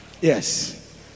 Yes